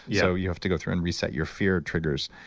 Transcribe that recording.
you know you have to go through and reset your fear triggers.